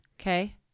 Okay